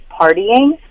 partying